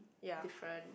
different